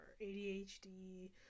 ADHD